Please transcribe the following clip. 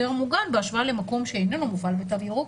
מוגן בהשוואה למקום שאיננו מופעל בתו ירוק.